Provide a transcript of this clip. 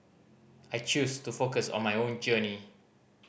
I choose to focus on my own journey